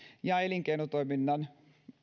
ja elinkeinotoiminnan